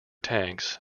tanks